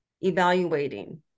evaluating